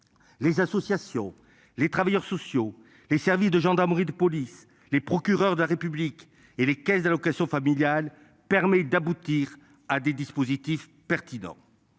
Les associations, les travailleurs sociaux, les services de gendarmerie, de police, les procureurs de la République et les caisses d'allocations familiales, permet d'aboutir à des dispositifs pertinents.